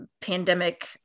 pandemic